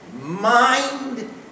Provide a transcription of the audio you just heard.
mind